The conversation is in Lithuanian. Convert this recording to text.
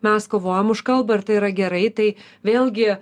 mes kovojam už kalbą tai yra gerai tai vėlgi